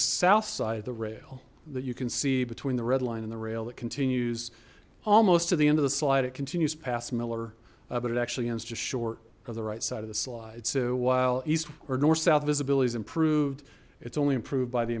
south side of the rail that you can see between the red line and the rail that continues almost to the end of the slide it continues past miller but it actually ends just short of the right side of the slide so while east or north south visibility is improved it's only improved by the